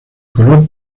color